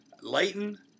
Leighton